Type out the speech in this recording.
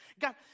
God